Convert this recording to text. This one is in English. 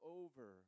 over